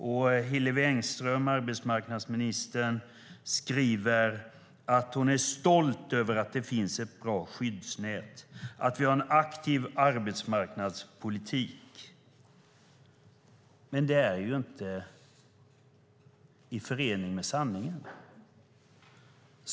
Och Hillevi Engström, arbetsmarknadsministern, skriver att hon är stolt över att det finns ett bra skyddsnät och att vi har en aktiv arbetsmarknadspolitik. Men det är inte i förening med sanningen.